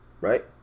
Right